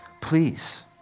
Please